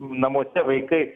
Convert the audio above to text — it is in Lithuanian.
namuose vaikai